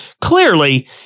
clearly